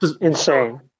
Insane